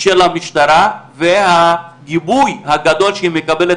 של המשטרה והגיבוי הגדול שהיא מקבלת